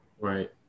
Right